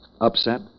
Upset